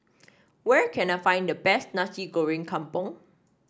where can I find the best Nasi Goreng Kampung